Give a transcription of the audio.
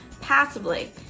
passively